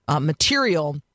material